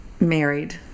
married